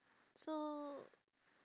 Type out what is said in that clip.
so